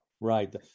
Right